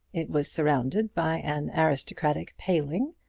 it was surrounded by an aristocratic paling,